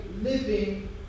living